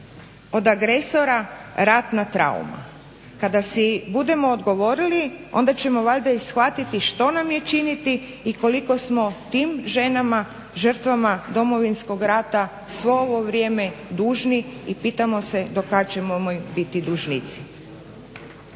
od agresora ratna trauma? Kada si budemo odgovorili onda ćemo valjda i shvatiti što nam je činiti i koliko smo tim ženama žrtvama Domovinskog rata svo ovo vrijeme dužni i pitamo se do kad ćemo im biti dužnici.